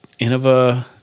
Innova